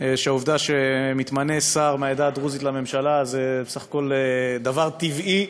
שהעובדה שמתמנה שר מהעדה הדרוזית לממשלה זה בסך-הכול דבר טבעי.